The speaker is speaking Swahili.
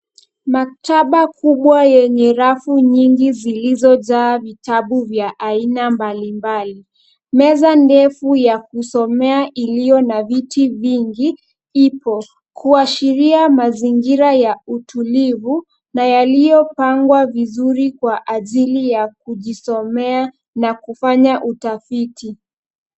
Maktaba kubwa yenye rafu nyingi zilizojaa vitabu vya aina mbalimbali. Meza ndefu ya kusomea iliyo na viti vingi ipo kuashiria mazingira ya utulivu na yaliyopangwa vizuri kwa ajili ya kujisomea na kufanya utafiti.